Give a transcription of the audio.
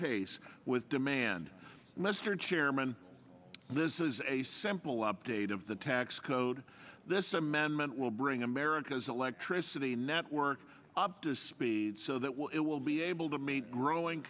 pace with demand mr chairman this is a simple update of the tax code this amendment will bring america's electricity network up to speed so that will it will be able to meet growing